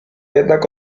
jednak